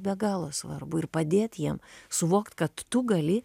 be galo svarbu ir padėt jiem suvokt kad tu gali